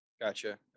Gotcha